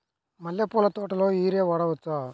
మల్లె పూల తోటలో యూరియా వాడవచ్చా?